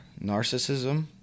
narcissism